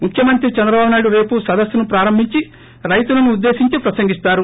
ముఖ్యమంత్రి చంద్రబాబు నాయుడు రేపు సదస్సును ప్రారంభించి రైతులను ఉద్దేశించి ప్రసంగిస్తారు